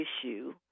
issue